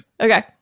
Okay